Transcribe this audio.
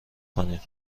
کنیم